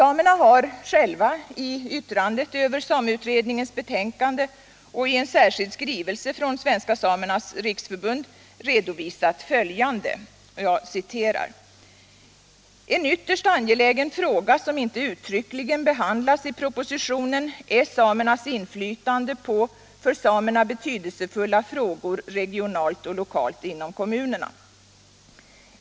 ”En ytterst angelägen fråga som inte uttryckligen behandlas i propositionen är samernas inflytande på för samerna betydelsefulla frågor regionalt och lokalt inom kommunerna.